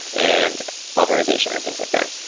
and authorization, and things like that.